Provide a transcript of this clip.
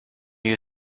you